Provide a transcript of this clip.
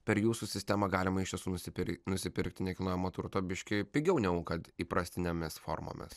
per jūsų sistemą galima iš tiesų nusipirkti nusipirkti nekilnojamo turto biškį pigiau negu kad įprastinėmis formomis